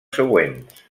següents